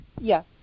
Yes